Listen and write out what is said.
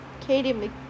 Katie